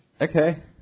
Okay